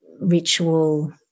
ritual